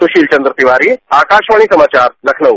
सुशील चंद्र तिवारी आकाशवाणी समाचार लखनऊ